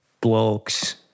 blokes